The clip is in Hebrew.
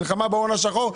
מלחמה בהון השחור,